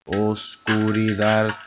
oscuridad